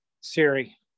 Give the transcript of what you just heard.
Siri